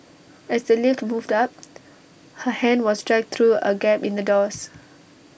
as the lift moved up her hand was dragged through A gap in the doors